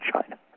china